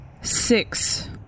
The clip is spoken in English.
Six